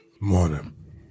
Morning